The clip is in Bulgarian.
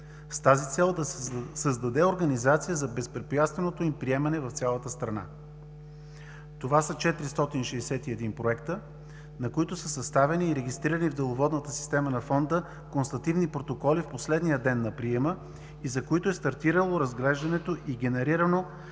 с цел да се създаде организация за безпрепятственото им приемане в цялата страна. Това са 461 проекта, на които са съставени и регистрирани в деловодната система на Фонда констативни протоколи в последния ден на приема, и за които е стартирало разглеждането и генерирането